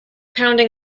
pounding